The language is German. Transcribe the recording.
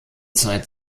zeit